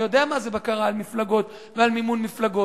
אני יודע מה זה בקרה על מפלגות ועל מימון מפלגות.